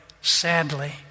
sadly